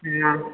न